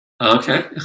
Okay